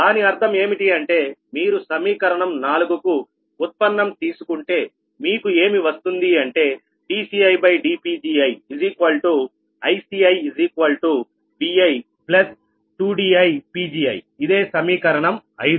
దాని అర్థం ఏమిటి అంటే మీరు సమీకరణం 4 కు ఉత్పన్నం తీసుకుంటే మీకు ఏమి వస్తుంది అంటే dCidPgiICibi2diPgiఇదే సమీకరణం 5